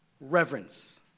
reverence